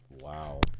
Wow